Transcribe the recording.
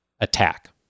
Attack